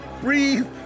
breathe